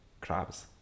crabs